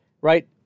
right